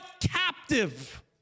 captive